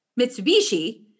Mitsubishi